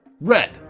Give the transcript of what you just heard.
Red